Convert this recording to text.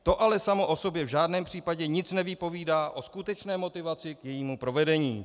To ale samo o sobě v žádném případě nic nepovídá o skutečné motivaci k jejímu provedení.